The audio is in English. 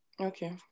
Okay